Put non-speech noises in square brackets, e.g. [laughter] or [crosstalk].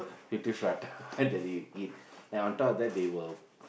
fifty prata [laughs] that you eat then on top of that they will